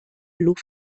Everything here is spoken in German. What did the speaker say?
luft